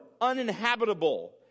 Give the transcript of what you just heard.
uninhabitable